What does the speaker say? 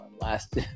last